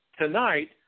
Tonight